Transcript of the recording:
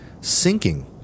sinking